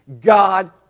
God